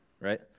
Right